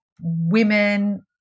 women